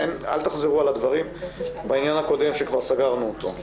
אל תחזרו על הדברים בעניין הקודם שכבר סגרנו אותו.